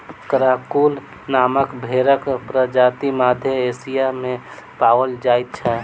Karakul नामक भेंड़क प्रजाति मध्य एशिया मे पाओल जाइत छै